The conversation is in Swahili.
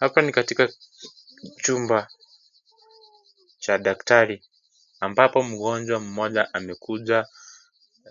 Hapa ni katika chumba cha daktari ambapo mgonjwa mmoja amekuja